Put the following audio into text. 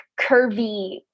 curvy